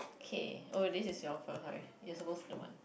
okay oh this is your first you're supposed the one